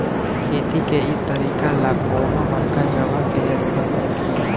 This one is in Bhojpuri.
खेती के इ तरीका ला कवनो बड़का जगह के जरुरत नइखे